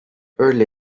early